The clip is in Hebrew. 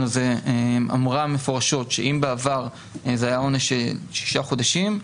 הזה אמרה מפורשות שאם בעבר זה היה עונש של שישה חודשים,